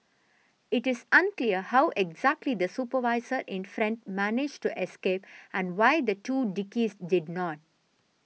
it is unclear how exactly the supervisor in front managed to escape and why the two did not